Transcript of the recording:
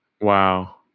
wow